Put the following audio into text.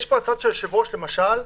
יש פה הצעה של היושב-ראש, למשל: